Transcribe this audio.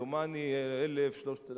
דומני 1,200